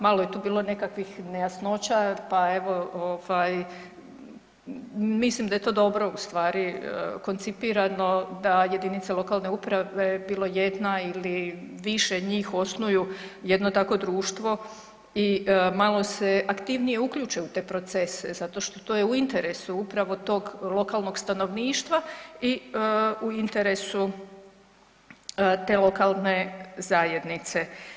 Malo je tu bilo nekakvih nejasnoća, pa evo ovaj mislim da je to dobro u stvari koncipirano da jedinice lokalne uprave bilo jedna ili više njih osnuju jedno takvo društvo i malo se aktivnije uključe u te procese zato što to je u interesu upravo tog lokalnog stanovništva i u interesu te lokalne zajednice.